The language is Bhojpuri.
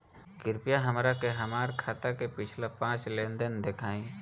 कृपया हमरा के हमार खाता के पिछला पांच लेनदेन देखाईं